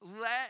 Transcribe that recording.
let